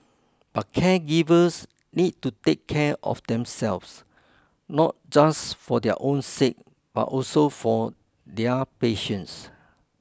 but caregivers need to take care of themselves not just for their own sake but also for their patients